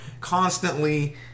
constantly